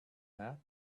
hat